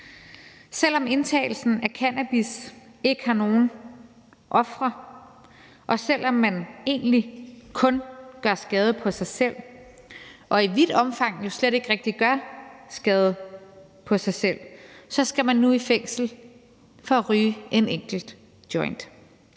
Selv om indtagelsen af cannabis ikke har nogen ofre, og selv om man egentlig kun gør skade på sig selv og i vidt omfang jo slet ikke rigtig gør skade på sig selv, skal man nu i fængsel for at ryge en enkelt joint.